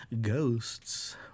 ghosts